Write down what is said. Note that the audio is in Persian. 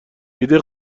ایده